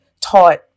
taught